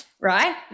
right